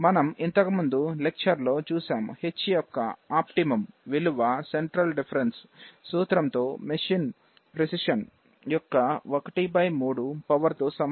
మనం ఇంతకు ముందు లెక్చర్లో చూసాము h యొక్క ఆప్టిమం విలువ సెంట్రల్ డిఫరెన్స్ సూత్రంతో మేషీన్ ప్రిసిషన్ యొక్క 13 పవర్ తో సమానం